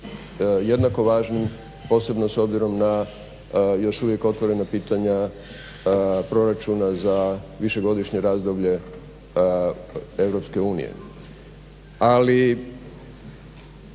jednako važnim posebno s obzirom na još uvijek otvorena pitanja proračuna za višegodišnje razdoblje EU.